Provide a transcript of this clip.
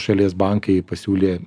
šalies bankai pasiūlė